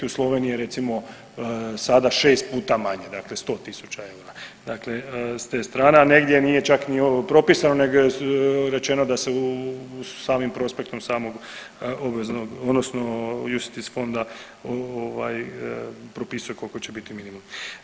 U Sloveniji je recimo sada šest puta manje, dakle 100.000 eura, dakle s te strane, a negdje nije čak ni propisano nego je rečeno da se samim prospektom samog obveznog odnosno … fonda propisuje koliko će biti minimum.